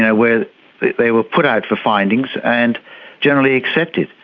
yeah where they they were put out for findings and generally accepted.